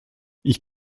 ich